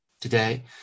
today